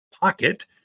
pocket